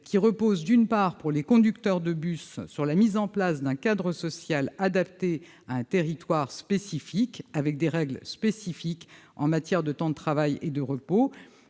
qui repose, d'une part, pour les conducteurs de bus, sur la mise en place d'un cadre social adapté à un territoire spécifique, avec des règles spécifiques en matière de temps de travail et de repos,